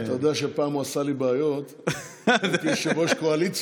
אתה יודע שפעם הוא עשה לי בעיות כשהייתי יושב-ראש הקואליציה?